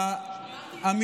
אמרתי את זה?